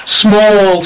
small